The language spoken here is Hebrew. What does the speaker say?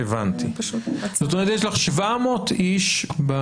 ואת אומרת יש לך 700 איש ב